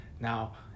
Now